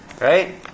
Right